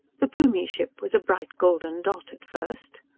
the plumie ship was a bright golden dot, at first.